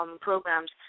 programs